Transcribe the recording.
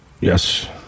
Yes